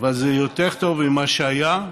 אבל זה יותר טוב ממה שהיה.